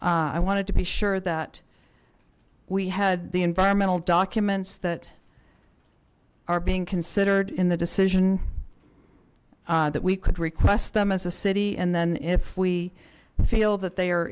center i wanted to be sure that we had the environmental documents that are being considered in the decision that we could request them as a city and then if we feel that they are